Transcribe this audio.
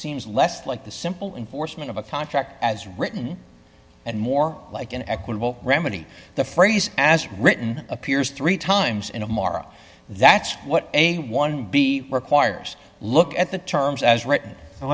seems less like the simple enforcement of a contract as written and more like an equitable remedy the phrase as written appears three times in a morrow that's what a one b requires look at the terms as written